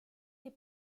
des